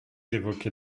évoquez